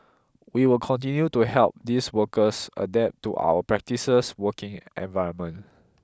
we will continue to help these workers adapt to our practices working environment